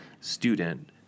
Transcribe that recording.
student